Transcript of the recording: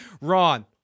ron